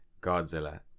godzilla